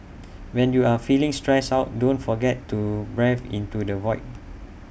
when you are feeling stressed out don't forget to breathe into the void